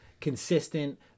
consistent